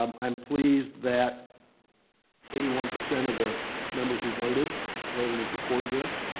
um i'm pleased that eighty one percent of the members who voted voted in support of this,